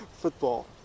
Football